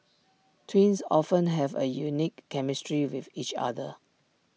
twins often have A unique chemistry with each other